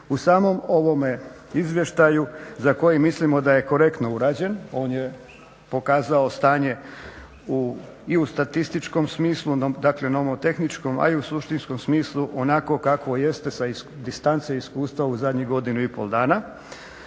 U samom ovome izvještaju za koji mislimo da je korektno urađen, on je pokazao stanje i u statističkom smislu. Dakle, nomotehničkom, a i u suštinskom smislu onako kakvo jeste sa distance iskustva u zadnjih godinu i pol dana.